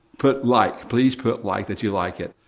put like, please put like, that you like it.